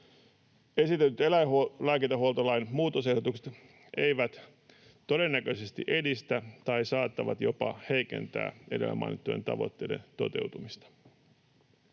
Esitetyt eläinlääkintähuoltolain muutosehdotukset eivät todennäköisesti edistä tai saattavat jopa heikentää edellä mainittujen tavoitteiden toteutumista.